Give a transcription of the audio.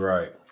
Right